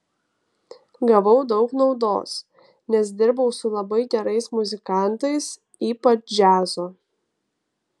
gavau daug naudos nes dirbau su labai gerais muzikantais ypač džiazo